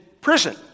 prison